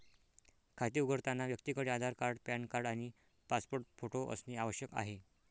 खाते उघडताना व्यक्तीकडे आधार कार्ड, पॅन कार्ड आणि पासपोर्ट फोटो असणे आवश्यक आहे